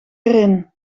erin